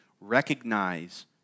Recognize